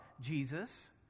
Jesus